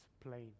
plain